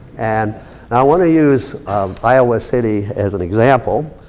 and i wanna use iowa city as an example.